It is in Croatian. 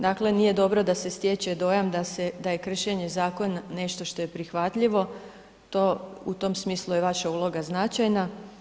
Dakle, nije dobro da se stječe dojam da je kršenje zakona nešto što je prihvatljivo, u tom smislu je vaša uloga značajna.